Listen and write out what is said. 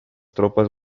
tropas